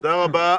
תודה רבה.